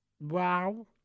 wow